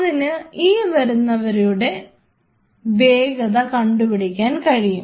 അതിന് ഈ വരുന്നവയുടെ വേഗത കണ്ടുപിടിക്കാൻ കഴിയും